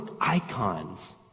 icons